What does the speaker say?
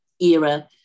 era